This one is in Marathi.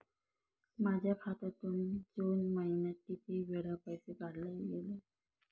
माझ्या खात्यातून जून महिन्यात किती वेळा पैसे काढले गेले?